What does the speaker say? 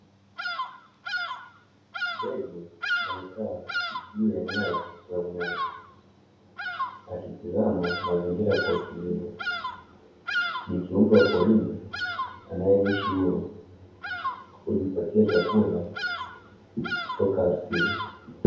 Ndege amekaa juu ya nyaya ya umeme akitazama mazingira kwa utulivu, ni kumbe wa porini anayeishi akiwa huru kwa kujipatia chakula katika asili.